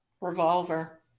Revolver